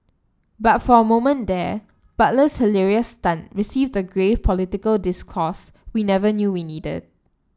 but for a moment there Butler's hilarious stunt received a grave political discourse we never knew we needed